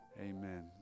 Amen